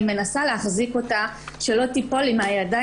מנסה להחזיק אותה שלא תיפול לי מהידיים,